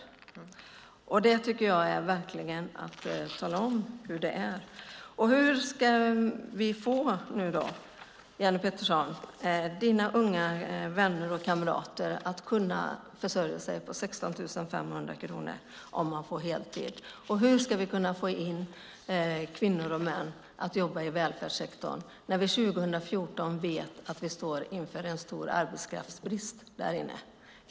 Tala om hur det verkligen är! Hur ska vi, Jenny Petersson, få dina unga vänner och kamrater att kunna försörja sig på 16 500 kronor på heltid? Och hur ska vi få kvinnor och män att jobba i välfärdssektorn, där vi vet att vi står vi inför en stor arbetskraftsbrist 2014?